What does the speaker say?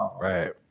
Right